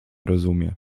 rozumie